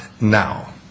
now